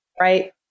Right